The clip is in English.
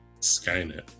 Skynet